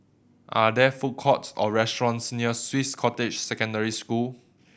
are there food courts or restaurants near Swiss Cottage Secondary School